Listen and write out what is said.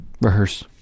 Rehearse